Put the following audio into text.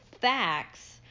facts